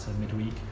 midweek